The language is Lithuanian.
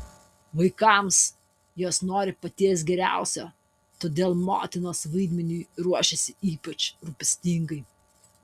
vaikams jos nori paties geriausio todėl motinos vaidmeniui ruošiasi ypač rūpestingai